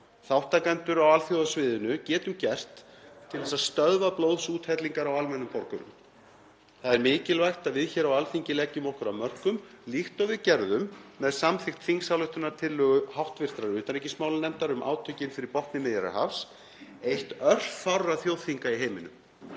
þátttakendur á alþjóðasviðinu, getum gert til þess að stöðva blóðsúthellingar á almennum borgurum. Það er mikilvægt að við hér á Alþingi leggjum okkar af mörkum, líkt og við gerðum með samþykkt þingsályktunartillögu hv. utanríkismálanefndar um átökin fyrir botni Miðjarðarhafs, eitt örfárra þjóðþinga í heiminum.